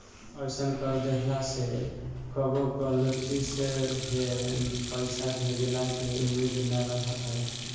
अइसन कर देहला से कबो गलती से भे पईसा भेजइला के उम्मीद ना रहत हवे